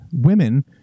women